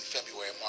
February